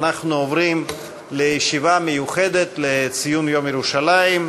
אנחנו עוברים לישיבה מיוחדת לציון יום ירושלים.